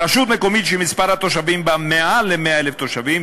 ברשות מקומית שמספר התושבים בה מעל 100,000 תושבים,